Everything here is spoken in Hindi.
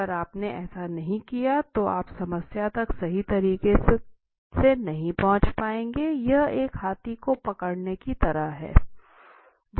अगर आपने ऐसा नहीं किया तो आप समस्या तक सही तरीके से नहीं पहुंच पाएंगे यह एक हाथी को पकड़ने की तरह है